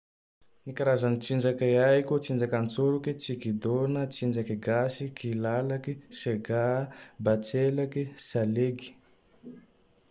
Ny karazagne tsinjake haiko: tsinjake antsoroky, tsikidona, tsinjake gasy, kilalake, sega, batrelake, salegy